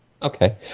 Okay